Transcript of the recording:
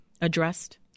addressed